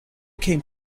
came